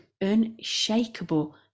unshakable